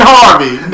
Harvey